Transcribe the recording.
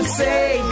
say